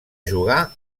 jugar